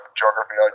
geography